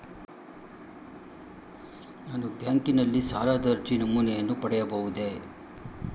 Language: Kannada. ನಾನು ಬ್ಯಾಂಕಿನಲ್ಲಿ ಸಾಲದ ಅರ್ಜಿ ನಮೂನೆಯನ್ನು ಪಡೆಯಬಹುದೇ?